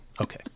okay